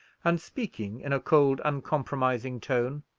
and speaking in a cold, uncompromising tone.